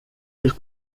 byo